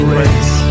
race